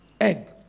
Egg